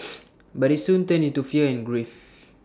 but IT soon turned into fear and grief